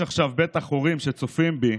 יש עכשיו בטח הורים שצופים בי,